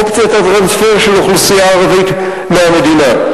אופציית הטרנספר של אוכלוסייה ערבית מהמדינה?